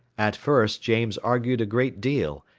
at first james argued a great deal,